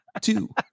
two